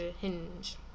hinge